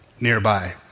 nearby